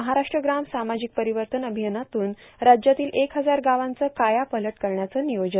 महाराष्ट्र ग्राम सामाजिक परिवर्तन अभियानातून राज्यातील एक हजार गावांचं कायापालट करण्याचं नियोजन